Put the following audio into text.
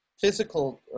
physical